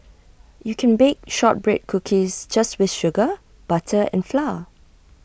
you can bake Shortbread Cookies just with sugar butter and flour